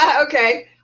Okay